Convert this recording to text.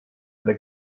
üle